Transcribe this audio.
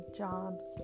jobs